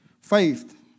Faith